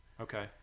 Okay